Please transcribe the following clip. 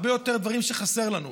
הרבה יותר דברים שחסרים לנו.